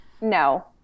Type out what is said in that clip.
No